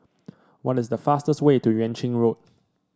what is the fastest way to Yuan Ching Road